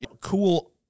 cool